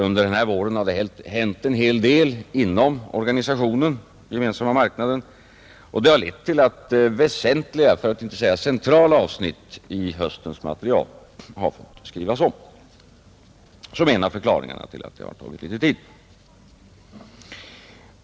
Under denna vår har det hänt en hel del inom Den gemensamma marknaden och det har lett till att väsentliga för att inte säga centrala avsnitt i höstens material har fått skrivas om. Detta som en av förklaringarna till att det tagit litet tid.